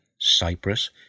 Cyprus